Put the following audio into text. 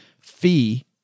fee